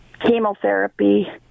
chemotherapy